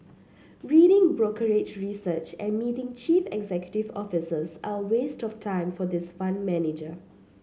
reading brokerage research and meeting chief executive officers are a waste of time for this fund manager